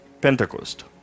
Pentecost